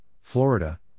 Florida